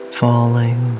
falling